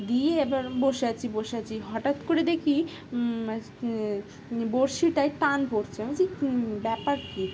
দিয়ে এবার বসে আছি বসে আছি হঠাৎ করে দেখি বঁড়শিটায় টান পড়ছে বল যে ব্যাপার কী